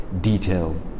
detail